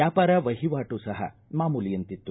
ವ್ಯಾಪಾರ ವಹಿವಾಟು ಸಹ ಮಾಮೂಲಿಯಂತಿತ್ತು